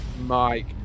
Mike